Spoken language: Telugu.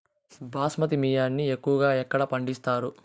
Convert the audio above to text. బాస్మతి బియ్యాన్ని ఎక్కువగా ఎక్కడ పండిస్తారు?